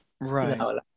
Right